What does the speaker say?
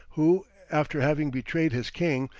who after having betrayed his king,